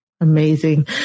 Amazing